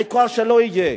העיקר שלא יהיה?